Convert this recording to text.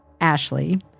Ashley